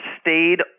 stayed